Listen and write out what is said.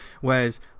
Whereas